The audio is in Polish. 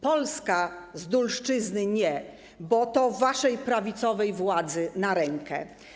Polska z dulszczyzny - nie, bo to waszej prawicowej władzy na rękę.